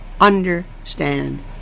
understand